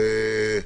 עודד,